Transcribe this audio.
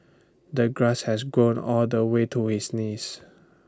the grass had grown all the way to his knees